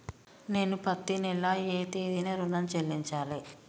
నేను పత్తి నెల ఏ తేదీనా ఋణం చెల్లించాలి?